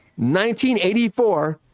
1984